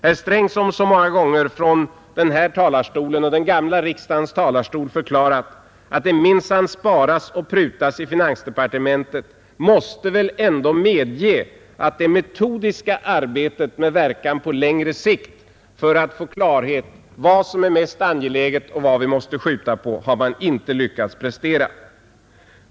Herr Sträng, som så många gånger från den här talarstolen och från den gamla riksdagens talarstol förklarat, att det minsann sparas och prutas i finansdepartementet, måste väl ändå medge att det metodiska arbetet med verkan på längre sikt för att få klarhet i vad som är mest angeläget och vad vi måste skjuta på har man icke lyckats prestera.